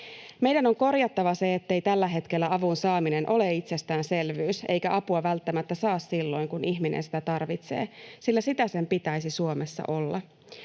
Meidän on korjattava se, ettei tällä hetkellä avun saaminen ole itsestäänselvyys eikä apua välttämättä saa silloin, kun ihminen sitä tarvitsee, sillä sitä sen pitäisi Suomessa olla.